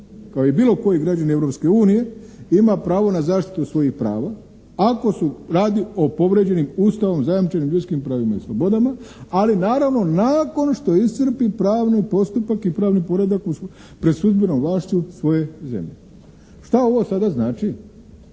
kao i bilo koji građani Europske unije ima pravo na zaštitu svojih prava ako su radi o povrijeđenim Ustavom zajamčenim ljudskim pravima i slobodama, ali naravno nakon što iscrpi pravni postupak i pravni poredak pred sudbenom vlašću svoje zemlje. Šta ovo sada znači?